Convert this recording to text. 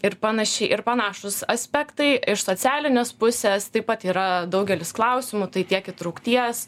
ir panašiai ir panašūs aspektai iš socialinės pusės taip pat yra daugelis klausimų tai tiek įtraukties